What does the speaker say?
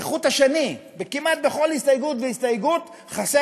כחוט השני וכמעט בכל הסתייגות והסתייגות חסר